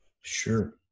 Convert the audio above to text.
Sure